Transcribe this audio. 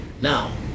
now